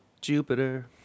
Jupiter